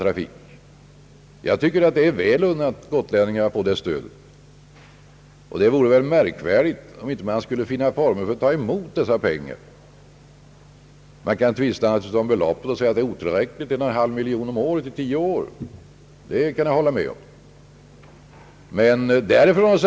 mervärdeskatt taxorna i denna trafik. Jag unnar så väl gotlänningarna att få det stödet. Det vore märkvärdigt om man inte skulle finna former för att ta emot dessa pengar. Man kan naturligtvis tvista om beloppet — 1,5 miljoner kronor om året under 10 år — och säga att det är otillräckligt.